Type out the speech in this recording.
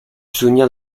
souvenir